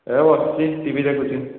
ଏ ବସିଛି ଟିଭି ଦେଖୁଛି